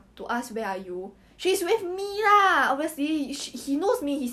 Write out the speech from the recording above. then she go and talk to her boyfriend like talk on I_C lah then her boyfriend was like no